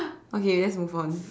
okay let's move on